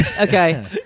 Okay